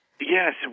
Yes